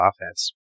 offense